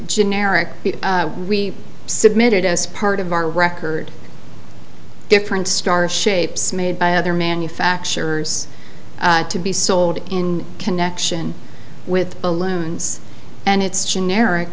generic we submitted as part of our record different star shapes made by other manufacturers to be sold in connection with a loon's and it's generic